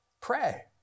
pray